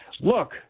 Look